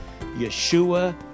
Yeshua